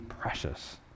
precious